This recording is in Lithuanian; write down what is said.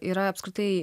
yra apskritai